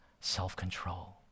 self-control